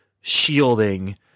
shielding